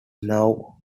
now